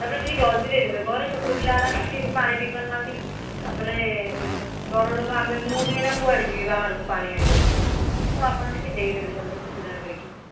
ତା'ପରେ ଟିକିଏ ଜଲ୍ଦି ଦେଇଦେବେ ଘରେ ଛୋଟ ପିଲାଗୁଡ଼ା ନା ସେ ବି ପାଣି ପିଇପାରୁନାହାନ୍ତି ତା'ପରେ ବଡ଼ ଲୋକ ଆମେ ମୁଁ ବି ଏଇନା କୁଆଡ଼େ ଯିବି ପାଣି ଆଣିବାକୁ ତ ଆପଣ ଟିକିଏ ଦେଇଦେବେ ଜଲ୍ଦି ସୁବିଧା କରିକି